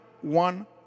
one